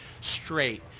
straight